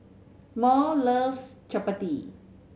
Maud loves Chapati